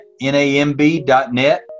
N-A-M-B.net